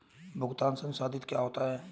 भुगतान संसाधित क्या होता है?